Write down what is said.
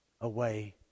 Away